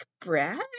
Brad